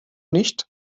nicht